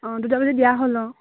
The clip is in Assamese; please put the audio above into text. অঁ দুটা বেজী দিয়া হ'ল অঁ